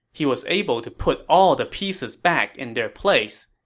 he was able to put all the pieces back in their place.